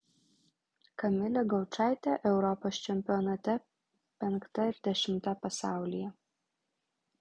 kamilė gaučaitė europos čempionate penkta ir dešimta pasaulyje